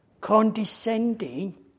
condescending